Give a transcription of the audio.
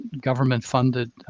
government-funded